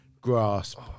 grasp